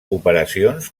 operacions